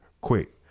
quick